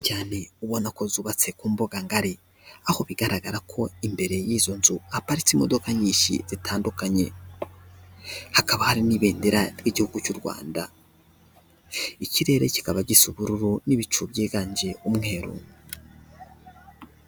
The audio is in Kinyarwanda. Cyane. Ubona ko zubatse ku mbuga ngari. Aho bigaragara ko imbere y'izo nzu haparitse imodoka nyinshi zitandukanye. Hakaba hari n'ibendera ry'igihugu cy'u Rwanda, ikirere kikaba gisa ubururu n'ibicu byiganje umweru.